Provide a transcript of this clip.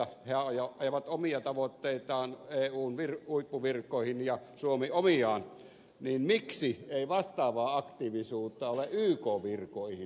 kun he ajavat omia tavoitteitaan eun huippuvirkoihin ja suomi omiaan niin miksi ei vastaavaa aktiivisuutta ole ykn virkoihin